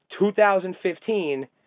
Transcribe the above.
2015